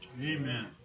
amen